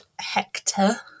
Hector